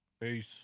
Peace